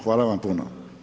Hvala vam puno.